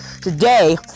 Today